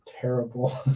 terrible